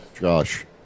Josh